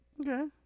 Okay